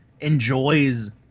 enjoys